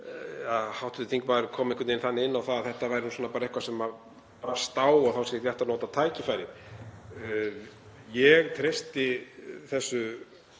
hv. þingmaður kom einhvern veginn þannig inn á það að þetta væri nú bara eitthvað sem brast á og þá sé rétt að nota tækifærið. Ég treysti þessu